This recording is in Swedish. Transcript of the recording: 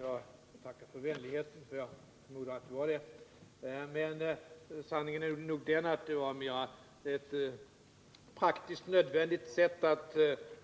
Jag tackar för vänligheten — jag förmodar att det var en sådan. Men sanningen är nog att det mer var en praktisk nödvändighet att